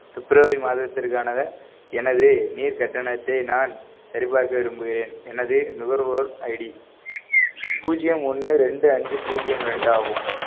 பிப்ரவரி மாதத்திற்கான எனது நீர் கட்டணத்தை நான் சரிபார்க்க விரும்புகிறேன் எனது நுகர்வோர் ஐடி பூஜ்யம் ஒன்று ரெண்டு அஞ்சு பூஜ்யம் ரெண்டு ஆகும்